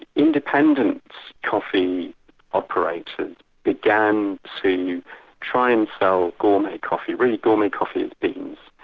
independent coffee operators began to try and sell gourmet coffee, really gourmet coffee beans,